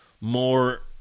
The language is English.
more